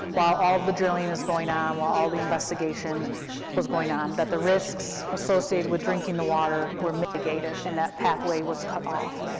while all of the drilling and is going on, while all the investigation was going on, that the risks associated with drinking the water were mitigated, and that pathway was cut off.